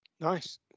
Nice